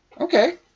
okay